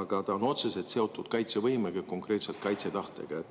Aga see on otseselt seotud kaitsevõimega, konkreetselt kaitsetahtega.